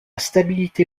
stabilité